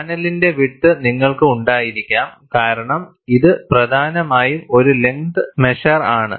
പാനലിന്റെ width നിങ്ങൾക്ക് ഉണ്ടായിരിക്കാം കാരണം ഇത് പ്രധാനമായും ഒരു ലെങ്ത് മെഷർ ആണ്